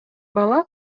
бала